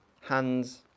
hands